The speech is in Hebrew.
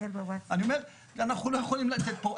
אני אומר שאנחנו לא יכולים לתת פה,